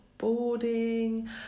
boarding